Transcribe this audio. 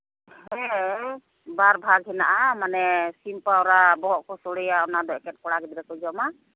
ᱦᱮᱸ ᱵᱟᱨᱵᱷᱟᱜᱽ ᱦᱮᱱᱟᱜᱼᱟ ᱢᱟᱱᱮ ᱥᱤᱢ ᱯᱟᱣᱨᱟ ᱵᱚᱦᱚᱜ ᱠᱚ ᱥᱳᱲᱮᱭᱟ ᱚᱱᱟᱫᱚ ᱮᱠᱮᱱ ᱠᱚᱲᱟ ᱜᱤᱫᱽᱨᱟᱹ ᱠᱚ ᱡᱚᱢᱟ